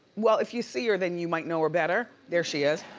well, if you see her, then you might know her better. there she is.